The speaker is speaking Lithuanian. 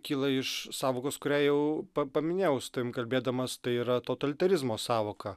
kyla iš sąvokos kurią jau pa paminėjau su tavim kalbėdamas tai yra totalitarizmo sąvoka